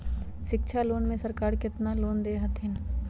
शिक्षा लोन में सरकार केतना लोन दे हथिन?